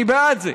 אני בעד זה.